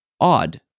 Odd